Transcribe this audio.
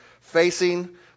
facing